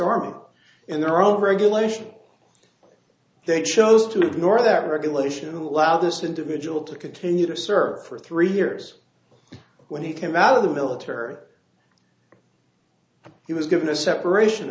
arm in their own regulations they chose to ignore that regulation to allow this individual to continue to serve for three years when he came out of the military he was given a separation